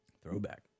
throwback